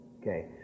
Okay